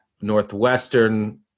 Northwestern